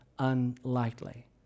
unlikely